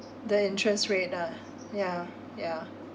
the interest rate ah yeah yeah